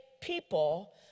people